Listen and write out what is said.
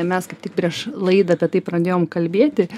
mes kaip tik prieš laidą apie tai pradėjom kalbėti